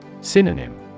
Synonym